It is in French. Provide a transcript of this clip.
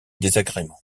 désagréments